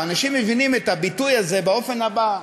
אנשים מבינים את הביטוי הזה באופן הבא,